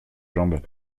jambes